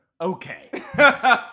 Okay